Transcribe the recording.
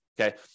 Okay